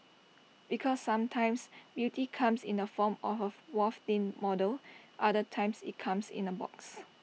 because sometimes beauty comes in the form of A waif thin model other times IT comes in A box